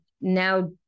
now